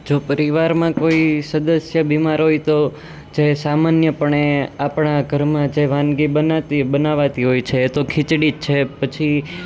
જો પરિવારમાં કોઈ સદસ્ય બીમાર હોય તો જો એ સામાન્યપણે આપણા ઘરમાં જે વાનગી બનાતી બનાવાતી હોય છે તો ખિચડી છે પછી